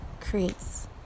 creates